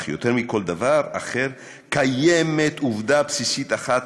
"אך יותר מכל דבר אחר קיימת עובדה בסיסית אחת,